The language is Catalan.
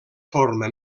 forma